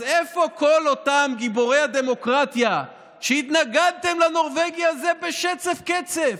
אז איפה כל אותם גיבורי הדמוקרטיה שהתנגדו לנורבגי הזה בשצף-קצף?